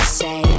say